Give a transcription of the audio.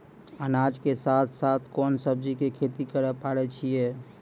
अनाज के साथ साथ कोंन सब्जी के खेती करे पारे छियै?